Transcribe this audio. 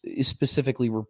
specifically